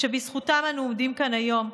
שבזכותם אנו עומדים כאן היום.